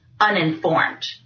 uninformed